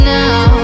now